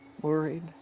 worried